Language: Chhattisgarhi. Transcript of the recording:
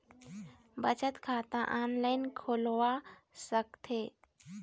बचत खाता ऑनलाइन खोलवा सकथें?